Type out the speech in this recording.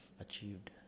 achieved